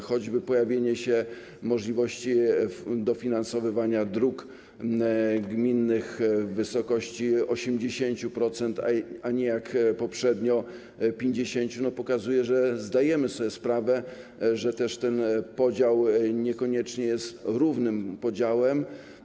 Choćby pojawienie się możliwości dofinansowywania dróg gminnych w wysokości 80%, a nie - jak poprzednio - 50%, pokazuje, że zdajemy sobie sprawę, że ten podział niekoniecznie jest równym podziałem.